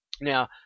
Now